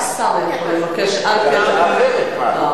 רק שר יכול לבקש על-פי התקנון.